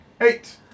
Eight